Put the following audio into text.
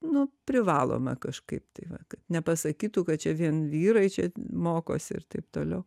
nu privaloma kažkaip tai va nepasakytų kad čia vien vyrai čia mokosi ir taip toliau